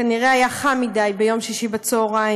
כנראה היה חם מדי ביום שישי בצהריים,